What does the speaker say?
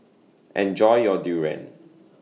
Enjoy your Durian